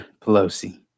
Pelosi